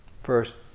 First